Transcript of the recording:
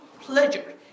pleasure